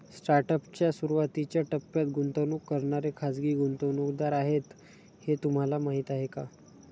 Startup च्या सुरुवातीच्या टप्प्यात गुंतवणूक करणारे खाजगी गुंतवणूकदार आहेत हे तुम्हाला माहीत आहे का?